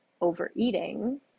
overeating